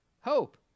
hope